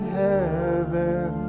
heaven